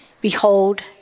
Behold